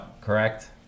correct